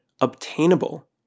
obtainable